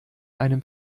einem